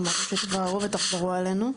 אמרתם שתבררו ותחזרו אלינו.